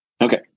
Okay